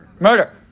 Murder